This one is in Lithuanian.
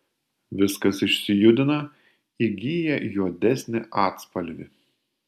viskas išsijudina įgyja juodesnį atspalvį